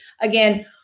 again